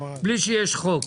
בלי שיש חוק.